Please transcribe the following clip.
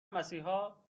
مسیحا